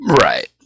Right